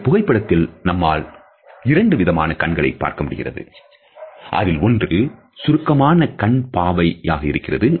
இந்த புகைப்படத்தில் நம்மால் இரண்டு விதமான கண்களை பார்க்க முடிகிறது அதில் ஒன்று சுருக்கமான கண் பாவை யாக இருக்கிறது